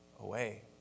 away